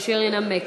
אשר ינמק.